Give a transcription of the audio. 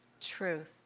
truth